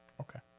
Okay